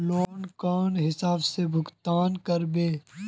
Loan कौन हिसाब से भुगतान करबे?